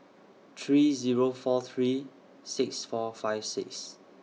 three Zero four three six four five six